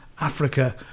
Africa